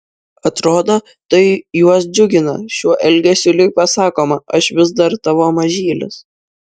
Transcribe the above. atrodo tai juos džiugina šiuo elgesiu lyg pasakoma aš vis dar tavo mažylis